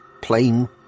plain